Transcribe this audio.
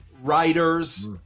writers